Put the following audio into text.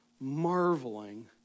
marveling